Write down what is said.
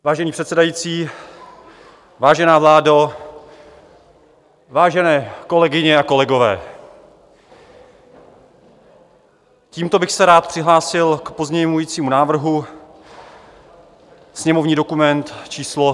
Vážený předsedající, vážená vládo, vážené kolegyně a kolegové, tímto bych se rád přihlásil k pozměňujícímu návrhu, sněmovní dokument číslo 565.